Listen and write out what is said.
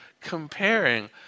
comparing